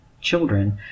children